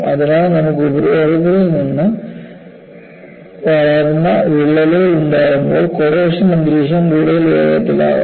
അതിനാൽ നമുക്ക് ഉപരിതലത്തിൽ നിന്ന് വളർന്ന വിള്ളലുകൾ ഉണ്ടാകുമ്പോൾ കൊറോഷൻ അന്തരീക്ഷം കൂടുതൽ വേഗത്തിലാകും